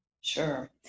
Sure